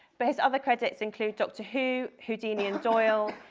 but his other credits include doctor who, houdini and doyle,